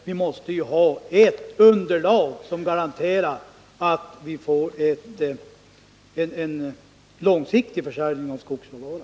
Man måste ha ett underlag som garanterar en långsiktig försörjning med skogsråvara.